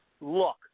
look